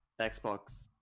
Xbox